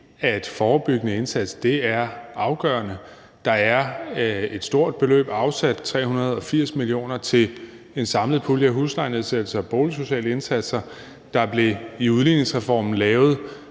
den forebyggende indsats er afgørende. Der er afsat et stort beløb, nemlig 380 mio. kr., til en samlet pulje til huslejenedsættelser og boligsociale indsatser; der blev i udligningsreformen afsat